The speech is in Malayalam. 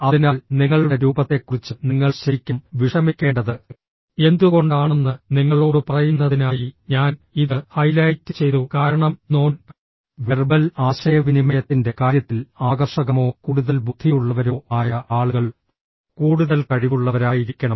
അതിനാൽ നിങ്ങളുടെ രൂപത്തെക്കുറിച്ച് നിങ്ങൾ ശരിക്കും വിഷമിക്കേണ്ടത് എന്തുകൊണ്ടാണെന്ന് നിങ്ങളോട് പറയുന്നതിനായി ഞാൻ ഇത് ഹൈലൈറ്റ് ചെയ്തു കാരണം നോൺ വെർബൽ ആശയവിനിമയത്തിന്റെ കാര്യത്തിൽ ആകർഷകമോ കൂടുതൽ ബുദ്ധിയുള്ളവരോ ആയ ആളുകൾ കൂടുതൽ കഴിവുള്ളവരായിരിക്കണം